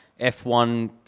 F1